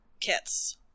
kits